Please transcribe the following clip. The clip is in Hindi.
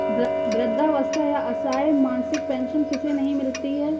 वृद्धावस्था या असहाय मासिक पेंशन किसे नहीं मिलती है?